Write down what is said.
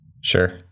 Sure